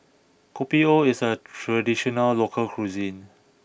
Kopi O is a traditional local cuisine